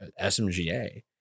SMGA